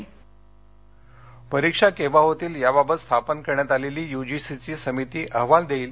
परीक्षा परीक्षा केव्हा होतील याबाबत स्थापन करण्यात आलेली यूजीसीची समिती अहवाल देईल